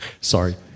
Sorry